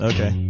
Okay